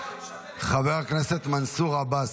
חבר הכנסת מנסור עבאס,